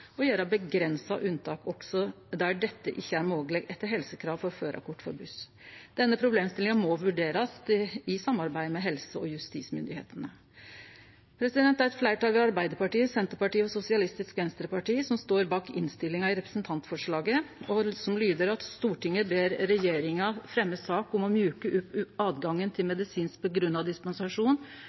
unntak også der dette ikkje er mogleg etter helsekrav for førarkort for buss. Denne problemstillinga må vurderast i samarbeid med helse- og justismyndigheitene. Det er eit fleirtal ved Arbeidarpartiet, Framstegspartiet og Sosialistisk Venstreparti som står bak forslaget i innstillinga, som lyder: «Stortinget ber regjeringen fremme sak om å myke opp adgangen til medisinsk begrunnet dispensasjon